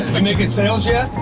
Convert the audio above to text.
and making sales yet?